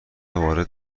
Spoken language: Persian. وارد